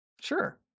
Sure